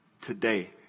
today